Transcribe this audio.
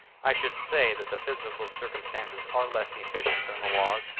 i should say that the physical circumstances are less efficient than the laws,